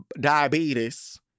Diabetes